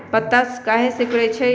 पत्ता काहे सिकुड़े छई?